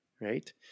right